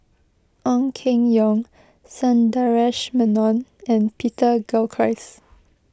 Ong Keng Yong Sundaresh Menon and Peter Gilchrist